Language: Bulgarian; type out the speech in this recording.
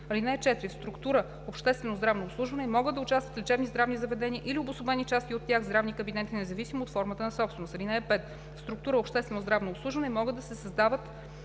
(4) В структура „Обществено здравно обслужване“ могат да участват лечебни, здравни заведения или обособени части от тях, здравни кабинети независимо от формата на собственост. (5) В структура „Обществено здравно обслужване“ могат да се създават